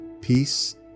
peace